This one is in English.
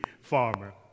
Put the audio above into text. farmer